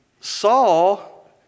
Saul